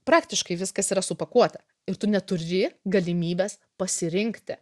praktiškai viskas yra supakuota ir tu neturi galimybės pasirinkti